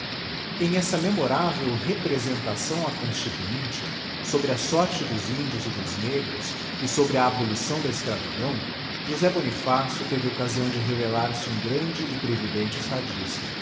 em essa memorável representação á constituinte sobre a sorte dos índios e dos negros e sobre a abolição da escravidão josé bonifácio teve occasião de revelar-se um grande e previdente estadista